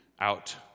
out